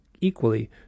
equally